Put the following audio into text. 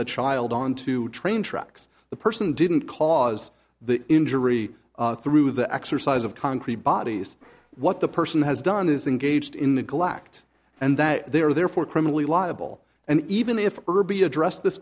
the child onto train tracks the person didn't cause the injury through the exercise of concrete bodies what the person has done is engaged in the galactic and that they are therefore criminally liable and even if irby addressed this